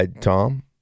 Tom